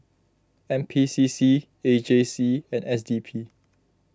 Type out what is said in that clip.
N P C C A J C and S D P